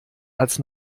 als